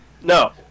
no